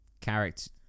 character